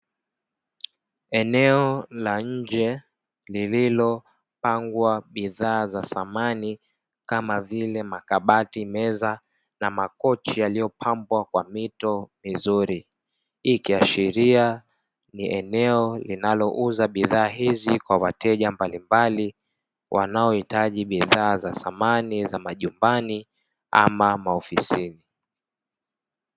Eneo la nje lililopangwa bidhaa za samani kama vile makabati, meza na makochi yaliyopambwa kwa mito mizuri. Hii ikiashiria ni eneo linalouza bidhaa hizi kwa wateja mbalimbali wanaohitaji bidhaa za samani za majumbani ama maofisini.